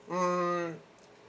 mm